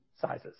sizes